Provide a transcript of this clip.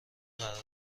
قرار